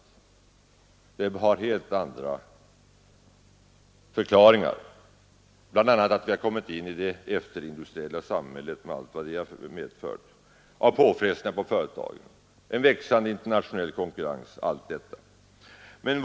Arbetslösheten har helt andra förklaringar, bl.a. att vi kommit in i det efterindustriella samhället med allt vad det medför av påfrestningar på företagen, en växande internationell konkurrens m.m.